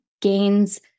gains